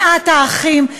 שנאת האחים,